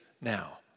now